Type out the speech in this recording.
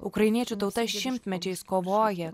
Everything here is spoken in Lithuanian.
ukrainiečių tauta šimtmečiais kovoja